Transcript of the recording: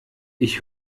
ich